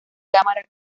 cámara